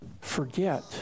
forget